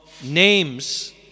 names